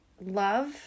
love